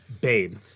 Babe